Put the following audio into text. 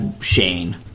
Shane